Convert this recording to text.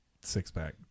six-pack